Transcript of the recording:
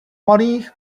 malých